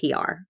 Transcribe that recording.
PR